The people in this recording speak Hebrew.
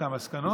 את המסקנות.